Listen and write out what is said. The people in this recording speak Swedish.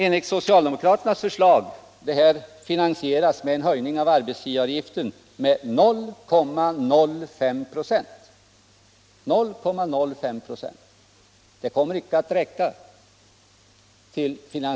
Enligt socialdemokraternas förslag skall dessa kostnader finansieras genom en höjning av arbetsgivaravgiften med 0,05 26. Det kommer icke att räcka!